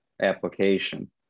application